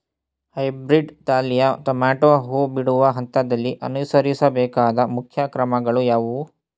Hybrid ತಳಿಯ tomato ಹೂ ಬಿಡುವ ಹಂತದಲ್ಲಿ ಅನುಸರಿಸಬೇಕಾದ ಮುಖ್ಯ ಕ್ರಮಗಳು ಯಾವುವು?